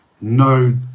no